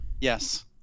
Yes